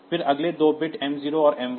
फिर अगले 2 bits m0 और m1